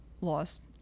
lost